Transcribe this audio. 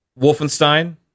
Wolfenstein